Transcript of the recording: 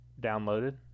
downloaded